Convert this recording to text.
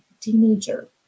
teenager